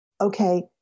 okay